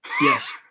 Yes